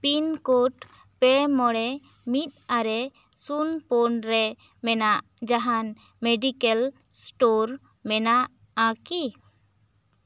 pin code ᱯᱮ ᱢᱚᱬᱮ ᱢᱤᱫ ᱟᱨᱮ ᱥᱩᱱ ᱯᱩᱱ ᱨᱮ ᱢᱮᱱᱟᱜ ᱡᱟᱦᱟᱱ ᱢᱮᱰᱤᱠᱮᱞ ᱥᱴᱳᱨ ᱢᱮᱱᱟᱜᱼᱟ ᱠᱤ